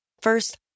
First